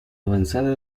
avanzada